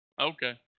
Okay